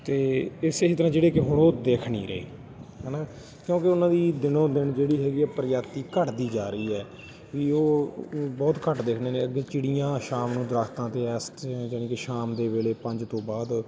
ਅਤੇ ਇਸ ਹੀ ਤਰ੍ਹਾਂ ਜਿਹੜੇ ਕਿ ਹੁਣ ਉਹ ਦਿੱਖ ਨਹੀਂ ਰਹੇ ਹੈ ਨਾ ਕਿਉਂਕਿ ਉਹਨਾਂ ਦੀ ਦਿਨੋ ਦਿਨ ਜਿਹੜੀ ਹੈਗੀ ਆ ਪ੍ਰਜਾਤੀ ਘਟਦੀ ਜਾ ਰਹੀ ਹੈ ਵੀ ਉਹ ਬਹੁਤ ਘੱਟ ਦਿਖਣੇ ਨੇ ਅੱਗੇ ਚਿੜੀਆਂ ਸ਼ਾਮ ਨੂੰ ਦਰਖਤਾਂ 'ਤੇ ਇਸ ਟ ਜਾਣੀ ਕਿ ਸ਼ਾਮ ਦੇ ਵੇਲੇ ਪੰਜ ਤੋਂ ਬਾਅਦ